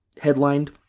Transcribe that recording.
headlined